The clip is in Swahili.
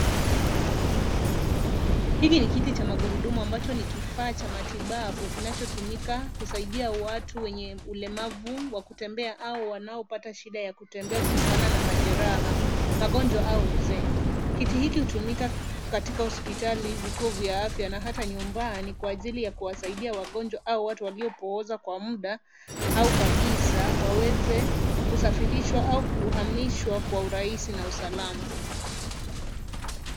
Hiki ni kiti cha magurudumu ambacho ni kifaa cha matibabu kinachotumika kusaidia watu wenye ulemavu wa kutembea au wanaopata shida ya kutembea kutokana na majeraha magonjwa au uzee ,kiti hiki hutumika katika hospitali vituo vya afya na hata nyumbani kwa ajili ya kuwasaidia wagonjwa au watu waliopooza kwa muda au kabisa waweze kusafirishwa au kuhamishwa kwa urahisi na usalama.